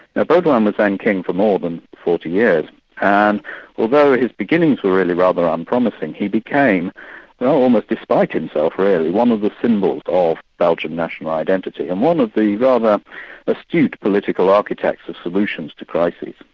now baudouin was then king for more than forty years and although his beginnings were really rather unpromising, he became almost despite himself really, one of the symbols of belgian national identity. and one of the rather astute political architects of solutions to crises.